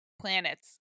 planets